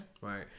Right